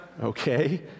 Okay